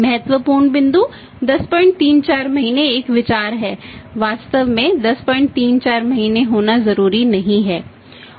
महत्वपूर्ण बिंदु 1034 महीने एक विचार है वास्तव में 1034 महीने होना जरूरी नहीं है